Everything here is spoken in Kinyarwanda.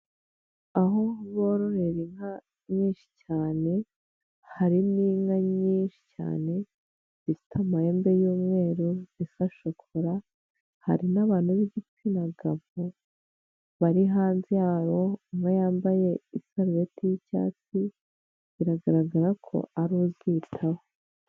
Aho bororera inka nyinshi cyane hari n'inka nyinshi cyane zifite amahembe y'umweru zisa shokora hari n'abantu b'igitsina gabo bari hanze yaho, umwe yambaye isarubeti y'icyatsi biragaragara ko ari we uzitaho.